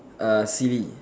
err silly